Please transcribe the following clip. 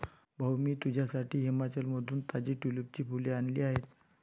भाऊ, मी तुझ्यासाठी हिमाचलमधून ताजी ट्यूलिपची फुले आणली आहेत